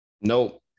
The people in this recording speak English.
Nope